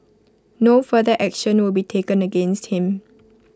no further action will be taken against him